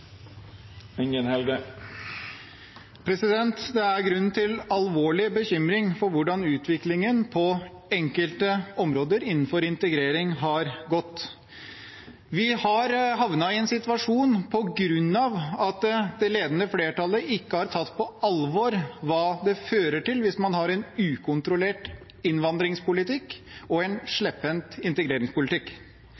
Det er grunn til alvorlig bekymring for hvordan utviklingen på enkelte områder innenfor integrering har gått. Vi har havnet i denne situasjonen på grunn av at det ledende flertallet ikke har tatt på alvor hva det fører til hvis man har en ukontrollert innvandringspolitikk og en